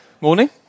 Morning